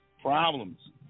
problems